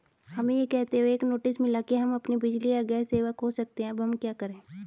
हमें यह कहते हुए एक नोटिस मिला कि हम अपनी बिजली या गैस सेवा खो सकते हैं अब हम क्या करें?